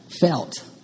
felt